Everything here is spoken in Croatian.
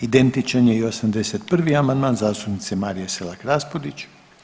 Identičan je i 81. amandman zastupnice Marije Selak Raspudić.